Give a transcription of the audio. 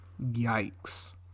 Yikes